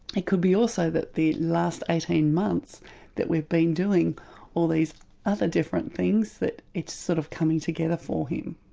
it could be also that the last eighteen months that we've been doing all these other different things that it's sort of coming together for him.